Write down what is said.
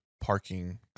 parking